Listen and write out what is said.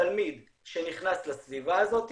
תלמיד שנכנס לסביבה הזאת,